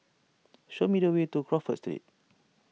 show me the way to Crawford Street